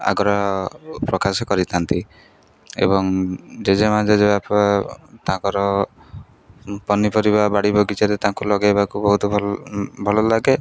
ଆଗ୍ରହ ପ୍ରକାଶ କରିଥାନ୍ତି ଏବଂ ଜେଜେ ମାଆ ଜେଜେବାପା ତାଙ୍କର ପନିପରିବା ବାଡ଼ି ବଗିଚାରେ ତାଙ୍କୁ ଲଗାଇବାକୁ ବହୁତ ଭଲ ଭଲ ଲାଗେ